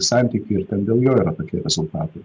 santykį ir ten dėl jo yra tokie rezultatai